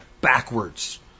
backwards